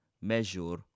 measure